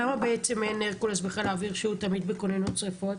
למה בעצם אין הרקולס בחיל האוויר שהוא תמיד בכוננות שריפות?